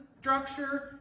structure